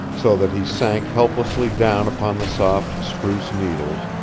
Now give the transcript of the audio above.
so that he sank helplessly down upon the soft spruce needles,